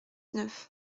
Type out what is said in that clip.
neuf